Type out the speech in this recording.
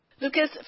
Lucas